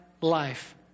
life